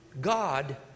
God